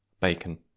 bacon